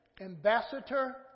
ambassador